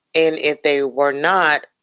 and if they were not,